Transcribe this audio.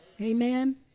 Amen